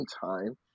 time